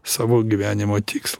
savo gyvenimo tikslą